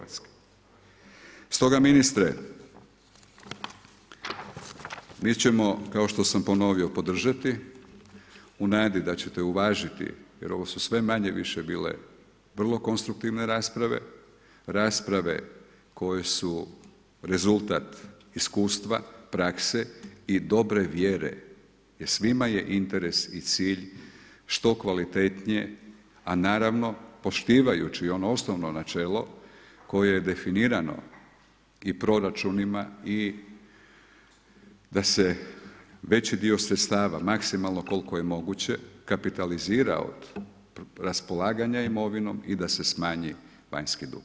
Stoga ministre mi ćemo kao što sam ponovio podržati u nadi da ćete uvažiti jer ovo su sve manje-više bile vrlo konstruktivne rasprave, rasprave koje su rezultat iskustva, prakse i dobre vjere jer svima je interes i cilj što kvalitetnije, a naravno poštivajući ono osnovno načelo koje je definirano i proračunima i da se veći dio sredstava maksimalno koliko je moguće kapitalizira od raspolaganja imovinom i da se smanji vanjski dug.